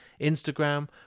Instagram